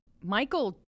Michael